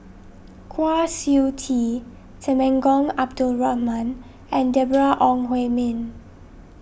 Kwa Siew Tee Temenggong Abdul Rahman and Deborah Ong Hui Min